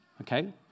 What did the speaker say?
okay